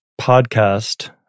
podcast